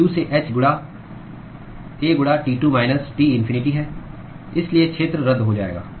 q से h गुणा A गुणा T2 माइनस T इन्फिनिटी है इसलिए क्षेत्र रद्द हो जाएगा